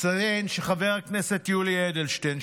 אציין שחבר הכנסת יולי אדלשטיין,